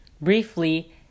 briefly